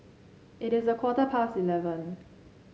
it is a quarter past eleven